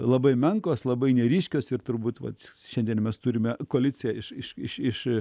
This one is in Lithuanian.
labai menkos labai neryškios ir turbūt vat šiandien mes turime koaliciją iš iš iš iš